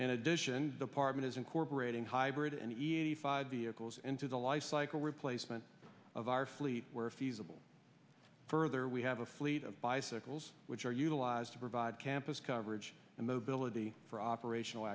in addition department is incorporating hybrid any eighty five vehicles into the lifecycle replacement of our fleet where feasible further we have a fleet of bicycles which are utilized to provide campus coverage and mobility for operational